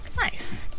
Nice